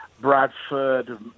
Bradford